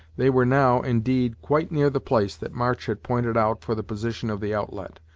they were now, indeed, quite near the place that march had pointed out for the position of the outlet,